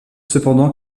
cependant